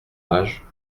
âge